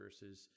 versus